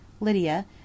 Lydia